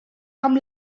amb